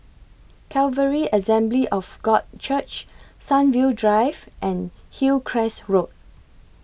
Calvary Assembly of God Church Sunview Drive and Hillcrest Road